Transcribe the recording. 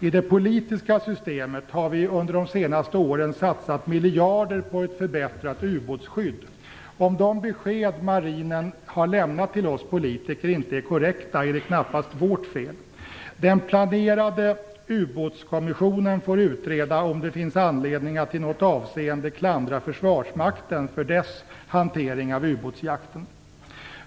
I det politiska systemet har vi under de senaste åren satsat miljarder på ett förbättrat ubåtsskydd. Om de besked som marinen lämnar till oss politiker inte är korrekta är det knappast vårt fel. Den planerade ubåtskommissionen får utreda om det finns anledning att i något avseende klandra försvarsmakten för dess hantering av ubåtsjakten.